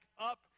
up